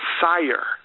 sire